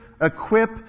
equip